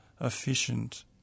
efficient